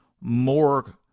more